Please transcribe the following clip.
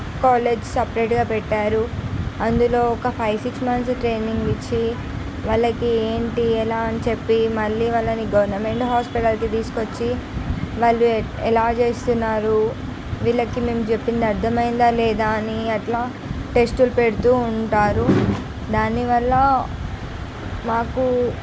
college సెపరేటుగా పెట్టారు అందులో ఒక ఫైవ్ సిక్స్ మంత్స్ ట్రైనింగ్ ఇచ్చి వాళ్ళకి ఏంటి ఎలా అని చెప్పి మళ్ళీ వాళ్ళని గవర్నమెంట్ హాస్పిటల్కి తీసుకు వచ్చి వాళ్ళు ఎలా చేస్తున్నారు వీళ్ళకి మేము చెప్పింది అర్థమైందా లేదా అని అట్లా టెస్టులు పెడుతు ఉంటారు దానివల్ల మాకు